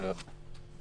לא.